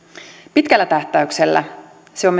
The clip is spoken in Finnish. pitkällä tähtäyksellä se on